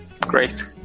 Great